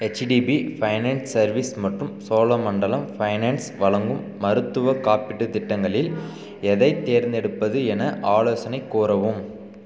HDB finance service மற்றும் Cholamandalam finance வழங்கும் மருத்துவக் காப்பீட்டுத் திட்டங்களில் எதைத் தேர்ந்தெடுப்பது என ஆலோசனை கூறவும்